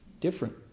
Different